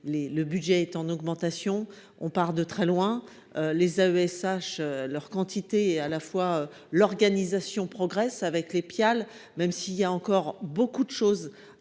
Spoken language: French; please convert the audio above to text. le budget est en augmentation, on part de très loin les AESH leur quantité et à la fois l'organisation progresse avec les pial même si il y a encore beaucoup de choses à faire